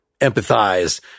empathize